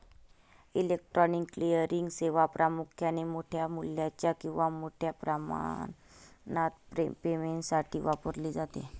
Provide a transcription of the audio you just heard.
electronic clearing सेवा प्रामुख्याने मोठ्या मूल्याच्या किंवा मोठ्या प्रमाणात पेमेंटसाठी वापरली जाते